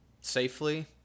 safely